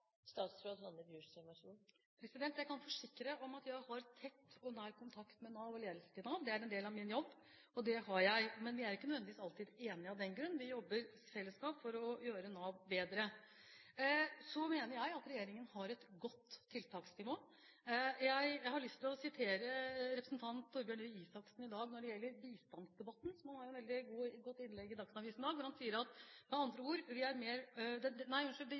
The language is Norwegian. Jeg kan forsikre om at jeg har tett og nær kontakt med Nav og ledelsen i Nav – det er en del av min jobb – men vi er ikke nødvendigvis alltid enige av den grunn. Vi jobber i fellesskap for å gjøre Nav bedre. Så mener jeg at regjeringen har et godt tiltaksnivå. Jeg har lyst til å sitere Torbjørn Røe Isaksen når det gjelder bistandsdebatten – han har i dag et veldig godt innlegg i Dagsavisen: «Den gjøres om til en debatt om hvor mye vi legger inn, ikke om hva vi får ut.» Det